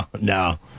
No